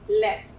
left